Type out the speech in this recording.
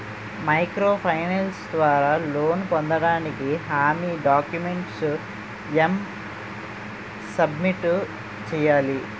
Micro finance ద్వారా loan పొందటానికి హామీ డాక్యుమెంట్స్ ఎం సబ్మిట్ చేయాలి?